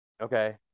Okay